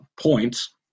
points